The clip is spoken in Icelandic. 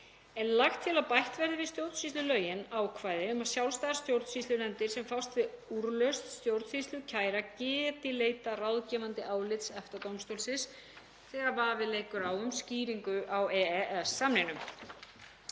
er lagt til að bætt verði við stjórnsýslulögin ákvæði um að sjálfstæðar stjórnsýslunefndir sem fást við úrlausn stjórnsýslukæra geti leitað ráðgefandi álits EFTA-dómstólsins þegar vafi leikur á um skýringu á EES-samningnum.